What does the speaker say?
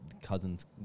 cousins